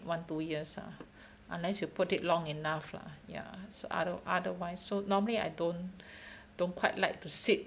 one two years ah unless you put it long enough lah ya so other otherwise so normally I don't don't quite like to sit